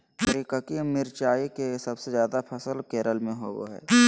करिककी मिरचाई के सबसे ज्यादा फसल केरल में होबो हइ